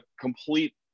complete